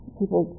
people